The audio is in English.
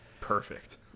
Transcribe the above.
Perfect